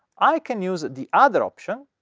i can use the other option.